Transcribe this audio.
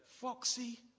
Foxy